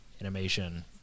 animation